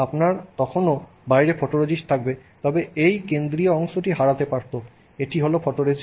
আপনার তখনও বাইরে ফটোরেজিস্ট থাকবে তবে এই কেন্দ্রীয় অংশটি হারাতে পারত এটি হল ফটোরেজিস্ট